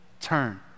turn